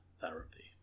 therapy